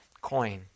coin